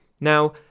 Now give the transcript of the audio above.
Now